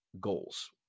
goals